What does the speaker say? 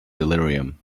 delirium